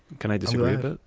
can i describe it?